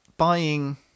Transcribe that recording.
buying